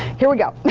here we go.